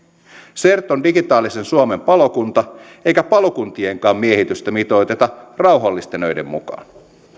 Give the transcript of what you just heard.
cert on digitaalisen suomen palokunta eikä palokuntienkaan miehitystä mitoiteta rauhallisten öiden mukaan